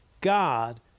God